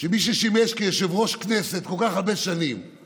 שמי ששימש כיושב-ראש כנסת מוערך